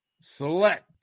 select